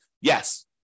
Yes